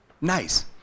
Nice